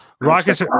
Rockets